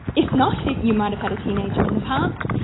if not, you might have had a teenager in the past,